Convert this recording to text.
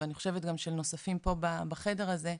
ואני חושבת גם של נוספים פה בחדר הזה,